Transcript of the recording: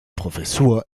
professur